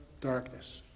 darkness